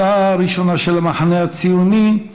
הצעה ראשונה, של המחנה הציוני: